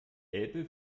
elbe